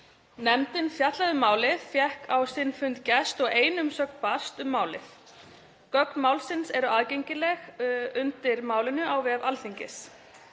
Nefndin fjallaði um málið, fékk á sinn fund gest og ein umsögn barst um málið. Gögn málsins eru aðgengileg undir málinu á vef Alþingis.